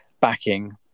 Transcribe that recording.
backing